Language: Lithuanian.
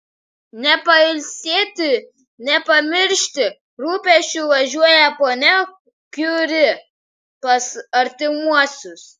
ne pailsėti ne pamiršti rūpesčių važiuoja ponia kiuri pas artimuosius